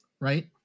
right